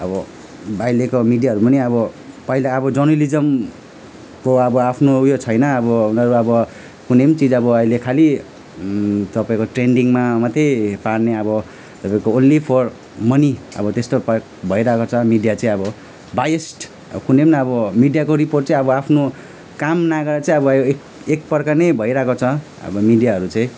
अब अहिलेको मिडियाहरूमा पनि अब पहिला अब जर्नलिज्मको अब आफ्नो उयो छैन अब उनीहरू अब कुनै चिज अब अहिले खालि तपाईँको ट्रेन्डिङमा मात्र पार्ने अब तपाईँको ओन्ली फर मनी अब त्यस्तो भइरहेको छ मिडिया चाहिँ अब बाइएस अब कुनै अब मिडियाको रिपोर्ट चाहिँ अब आफ्नो काम नगरेर चाहिँ अब एक प्रकार नै भइरहेको छ अब मिडियाहरू चाहिँ